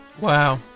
Wow